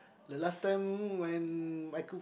the last time when I cook